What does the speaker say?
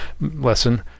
lesson